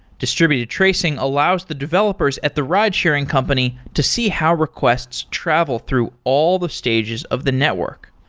distributed tracing allows the developers at the ridesharing company to see how requests travel through all the stages of the network.